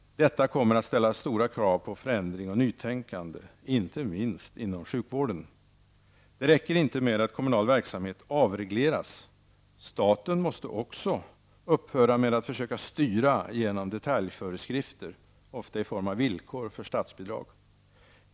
Detta kommer att ställa stora krav på förändring och nytänkande, inte minst inom sjukvården. Det räcker inte med att kommunal verksamhet avregleras. Staten måste också upphöra med att försöka styra genom detaljföreskrifter, ofta i form av villkor för statsbidrag.